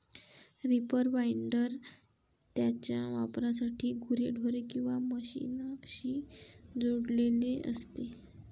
reaper binder त्याच्या वापरासाठी गुरेढोरे किंवा मशीनशी जोडलेले असते